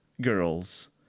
girls